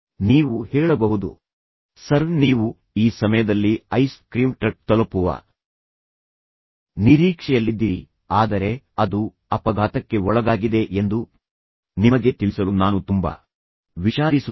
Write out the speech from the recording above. ನೀವು ಹೇಳಬಹುದು ಸರ್ ನೀವು ಈ ಸಮಯದಲ್ಲಿ ಐಸ್ ಕ್ರೀಮ್ ಟ್ರಕ್ ತಲುಪುವ ನಿರೀಕ್ಷೆಯಲ್ಲಿದ್ದೀರಿ ಆದರೆ ಅದು ಅಪಘಾತಕ್ಕೆ ಒಳಗಾಗಿದೆ ಎಂದು ನಿಮಗೆ ತಿಳಿಸಲು ನಾನು ತುಂಬಾ ವಿಷಾದಿಸುತ್ತೇನೆ